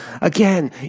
Again